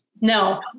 No